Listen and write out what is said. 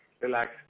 Relax